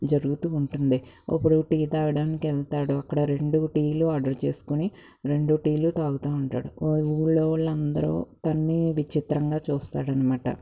జరుగుతూ ఉంటుంది ఒకడు టీ తాగడానికెళ్తాడు అక్కడ రెండు టీలు ఆర్డర్ చేసుకొని రెండు టీలు తాగుతా ఉంటాడు ఊర్లో వాళ్ళందరూ తనని విచిత్రంగా చూస్తారన్మాట